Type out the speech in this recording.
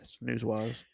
news-wise